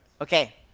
Okay